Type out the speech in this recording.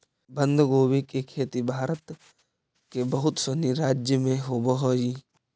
बंधगोभी के खेती भारत के बहुत सनी राज्य में होवऽ हइ